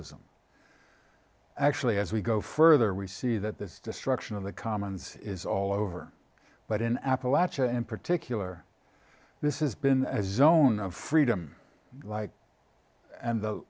m actually as we go further we see that the destruction of the commons is all over but in appalachia in particular this is been a zone of freedom like and the